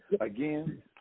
again